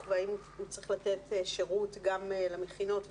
ואם הוא צריך לתת שירות גם למכינות וכולי.